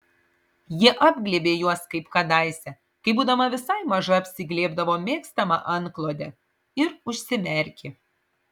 ji apglėbė juos kaip kadaise kai būdama visai maža apsiglėbdavo mėgstamą antklodę ir užsimerkė